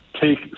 take